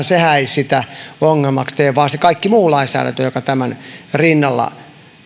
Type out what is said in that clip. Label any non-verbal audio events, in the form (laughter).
(unintelligible) se ei sitä ongelmaksi tee vaan kaikki muu lainsäädäntö joka tämän rinnalla